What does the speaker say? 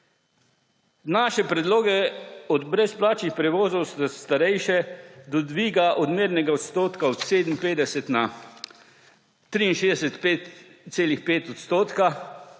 Naše predloge od brezplačnih prevozov za starejše, do dviga odmernega odstotka od 57 na 63,5 odstotka,